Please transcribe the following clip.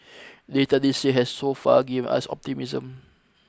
data this year has so far given us optimism